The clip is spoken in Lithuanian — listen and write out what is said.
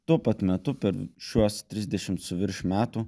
tuo pat metu per šiuos trisdešim su virš metų